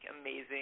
amazing